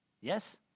Yes